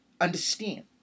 understand